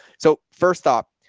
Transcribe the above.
so first off,